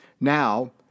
Now